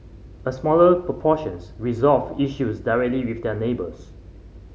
a smaller proportions resolved issues directly with their neighbours